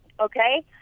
okay